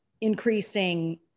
increasing